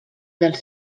dels